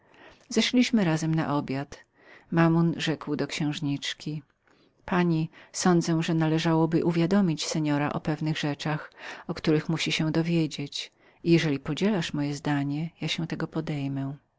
zeszliśmy się razem na obiad mammon rzekł do księżniczki pani sądzę że należałoby uwiadomić seora o pewnych rzeczach o których musi się dowiedzieć i jeżeli podzielasz moje zdanie ja się tego podejmę